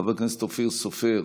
חבר הכנסת אופיר סופר,